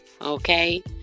okay